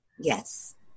Yes